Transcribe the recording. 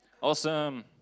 Awesome